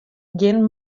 gjin